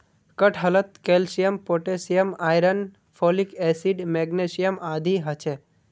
कटहलत calcium potassium iron folic acid magnesium आदि ह छे